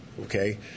okay